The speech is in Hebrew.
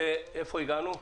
איפה הגענו?